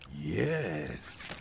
Yes